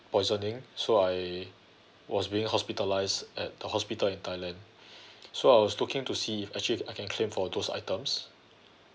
poisoning so I was being hospitalised at the hospital in thailand so I was looking to see if actually I can claim for those items